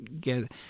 get